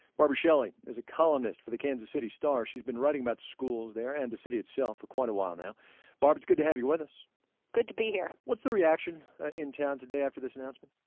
barbara shelley is a columnist for the kansas city star. she's been writing about schools there and the city itself for quite a while. barb, it's good to have you with us good to be here what's the reaction in town today after this announcement?